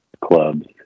clubs